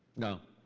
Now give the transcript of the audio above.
no.